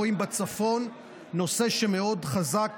רואים בצפון נושא שמאוד חזק,